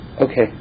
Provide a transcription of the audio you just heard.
Okay